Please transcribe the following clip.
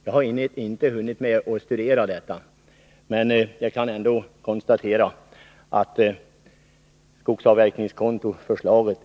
Jag har inte hunnit studera det, men jag har kunnat konstatera att något förslag om skogsavverkningskonto inte är med.